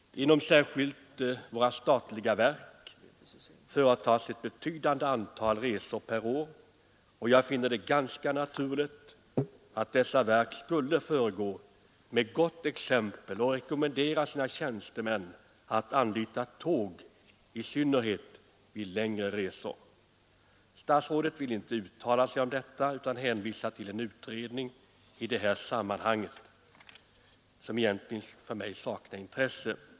Särskilt inom våra statliga verk företas ett betydande antal resor per år, och jag finner det ganska naturligt att dessa verk skulle föregå med gott exempel och rekommendera sina tjänstemän att anlita tåg, i synnerhet vid längre resor. Statsrådet vill inte uttala sig om detta utan hänvisar till en utredning, som i det här sammanhanget egentligen för mig saknar intresse.